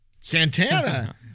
Santana